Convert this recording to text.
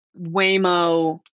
Waymo